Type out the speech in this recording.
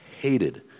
hated